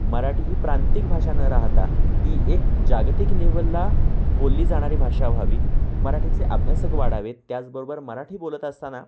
मराठी ही प्रांतिक भाषा न राहता ती एक जागतिक लेवलला बोलली जाणारी भाषा व्हावी मराठीचे अभ्यासक वाढावेेत त्याचबरोबर मराठी बोलत असताना